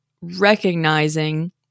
recognizing